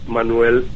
Manuel